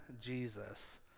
Jesus